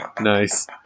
Nice